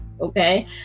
okay